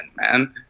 man